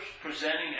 presenting